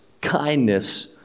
kindness